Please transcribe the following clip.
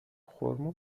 خرما